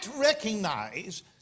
recognize